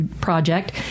Project